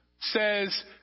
says